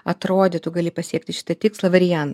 atrodytų gali pasiekti šitą tikslą varian